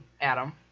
Adam